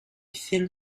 thin